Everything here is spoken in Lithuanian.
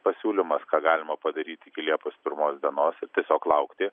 pasiūlymas ką galima padaryt iki liepos pirmos dienos ir tiesiog laukti